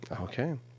Okay